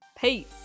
Peace